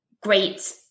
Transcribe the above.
great